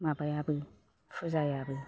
माबायाबो फुजायाबो